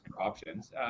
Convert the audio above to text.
options